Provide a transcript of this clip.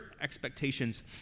expectations